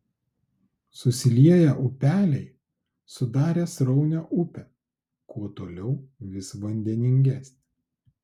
susilieję upeliai sudarė sraunią upę kuo toliau vis vandeningesnę